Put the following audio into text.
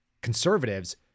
Conservatives